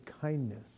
kindness